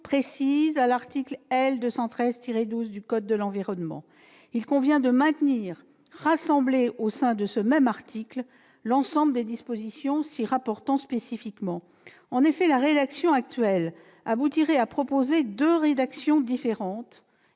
précise à l'article L. 213-12 du code de l'environnement. Il convient de maintenir rassemblées au sein de ce même article l'ensemble des dispositions s'y rapportant spécifiquement. En effet, dans sa version actuelle, le présent article aboutirait à proposer deux rédactions différentes